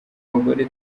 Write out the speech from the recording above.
abagore